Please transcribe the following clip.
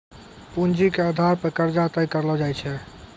पूंजी के आधार पे कर्जा तय करलो जाय छै